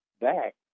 back